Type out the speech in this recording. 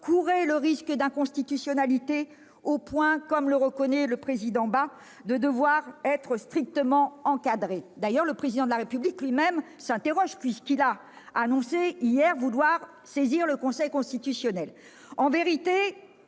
courait le risque d'inconstitutionnalité au point, comme le reconnaît le président Bas, de devoir être strictement encadré. D'ailleurs, le Président de la République lui-même s'interroge, puisqu'il a annoncé, hier, vouloir saisir le Conseil constitutionnel.